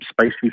spicy